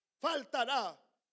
faltará